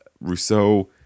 Rousseau